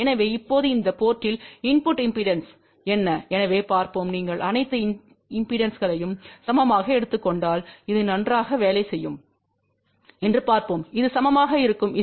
எனவே இப்போது இந்த போர்ட்த்தில் இன்புட்டு இம்பெடன்ஸ் என்ன எனவே பார்ப்போம் நீங்கள் அனைத்து இம்பெடன்ஸ்களையும் சமமாக எடுத்துக் கொண்டால் அது நன்றாக வேலை செய்யும் என்று பார்ப்போம் அது சமமாக இருக்கும் Z